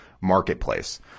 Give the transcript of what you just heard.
marketplace